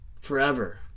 forever